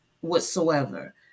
Whatsoever